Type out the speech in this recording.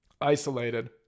Isolated